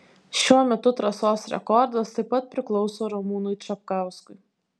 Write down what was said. šiuo metu trasos rekordas taip pat priklauso ramūnui čapkauskui